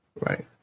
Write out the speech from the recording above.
Right